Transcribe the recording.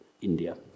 India